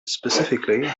specifically